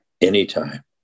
anytime